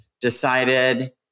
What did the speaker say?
decided